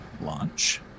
launch